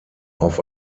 auf